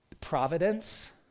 providence